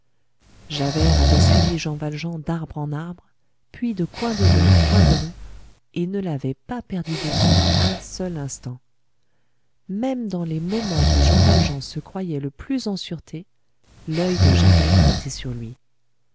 javert avait suivi jean valjean d'arbre en arbre puis de coin de rue en coin de rue et ne l'avait pas perdu de vue un seul instant même dans les moments où jean valjean se croyait le plus en sûreté l'oeil de javert était sur lui